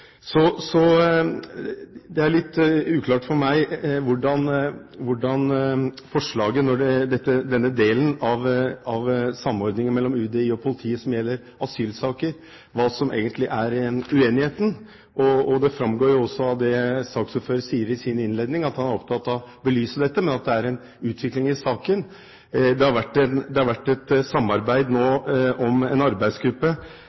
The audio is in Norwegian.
Så det som er litt uklart for meg når det gjelder forslaget, er: Hva er egentlig uenigheten i den delen av samordningen mellom UDI og politiet som gjelder asylsaker? Det framgår jo også av det saksordføreren sier i sin innledning; han er opptatt av å belyse dette: Det er en utvikling i saken. Det har nå vært et samarbeid om en arbeidsgruppe